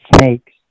Snakes